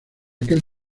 aquel